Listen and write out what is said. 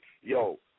Yo